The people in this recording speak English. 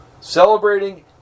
celebrating